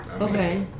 Okay